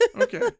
Okay